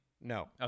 No